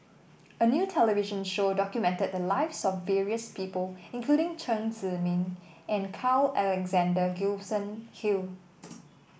a new television show documented the lives of various people including Chen Zhiming and Carl Alexander Gibson Hill